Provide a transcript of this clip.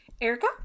Erica